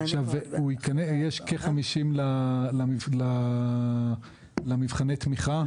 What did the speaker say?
יש כ-50 למבחני התמיכה הרגילים.